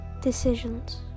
Decisions